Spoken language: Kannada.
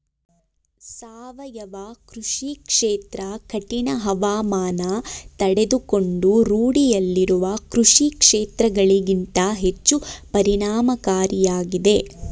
ಸಾವಯವ ಕೃಷಿ ಕ್ಷೇತ್ರ ಕಠಿಣ ಹವಾಮಾನ ತಡೆದುಕೊಂಡು ರೂಢಿಯಲ್ಲಿರುವ ಕೃಷಿಕ್ಷೇತ್ರಗಳಿಗಿಂತ ಹೆಚ್ಚು ಪರಿಣಾಮಕಾರಿಯಾಗಿದೆ